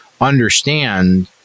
understand